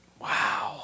Wow